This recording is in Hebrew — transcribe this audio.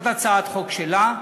זאת הצעת חוק שלה,